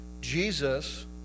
Jesus